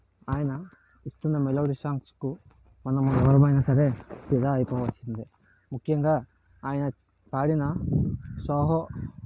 ఆయన ఇస్తున్న మెలోడీ సాంగ్స్కు మనము ఎవరిమైనా సరే ఫిదా అయిపోవాల్సిందే ముఖ్యంగా ఆయన పాడిన సాహో